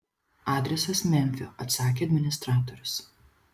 adresas memfio atsakė administratorius